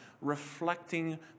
reflecting